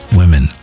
women